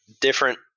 different